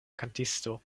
kantisto